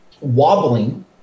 wobbling